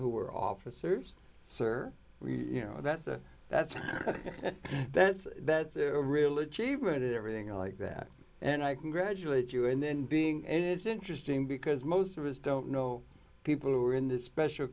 who were officers sir you know that's a that's that's that's a religion even to everything like that and i congratulate you and then being and it's interesting because most of us don't know people who are in this special